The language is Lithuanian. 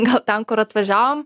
gal ten kur atvažiavom